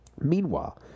Meanwhile